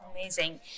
Amazing